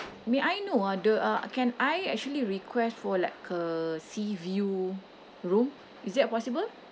may I know ah the uh can I actually request for like a sea view room is that possible